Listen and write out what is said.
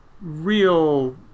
real